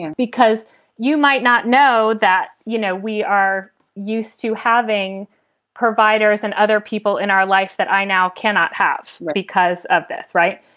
and because you might not know that, you know, we are used to having providers and other people in our life that i now cannot have because of this. right.